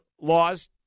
laws